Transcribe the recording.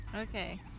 Okay